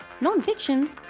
non-fiction